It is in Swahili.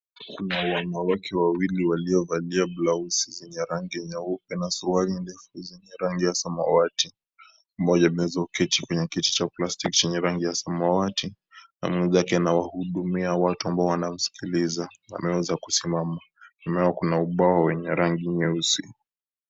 Kuna wanawake wawili waliovalia blaosi zenye rangi nyeupe na suruali ndefu zenye rangi ya samawati, mmoja ameweza kuketi kwenye kiti cha plastic mwenzake anawahudumia watu ambao wanamsikiliza, wameweza kusimama, nyuma yao kuna ubao wenye rangi nyeusi.